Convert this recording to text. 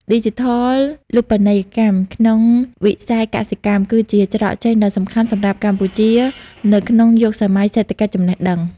ឌីជីថលូបនីយកម្មក្នុងវិស័យកសិកម្ម គឺជាច្រកចេញដ៏សំខាន់សម្រាប់កម្ពុជានៅក្នុងយុគសម័យសេដ្ឋកិច្ចចំណេះដឹង។